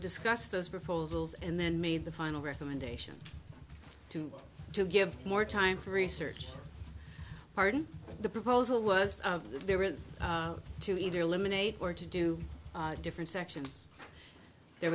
discuss those proposals and then made the final recommendation to give more time for research hard the proposal was that they were to either eliminate or to do different sections there